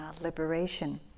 liberation